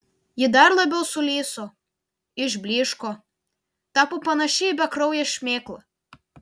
ji dar labiau sulyso išblyško tapo panaši į bekrauję šmėklą